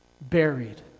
buried